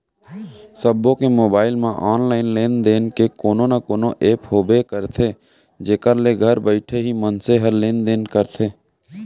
सबो के मोबाइल म ऑनलाइन लेन देन के कोनो न कोनो ऐप होबे करथे जेखर ले घर बइठे ही मनसे ह लेन देन करथे